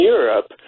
Europe